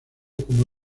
como